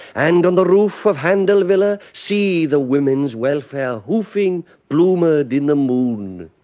and on the roof of handel villa see the women's welfare hoofing, bloomered, in the moon.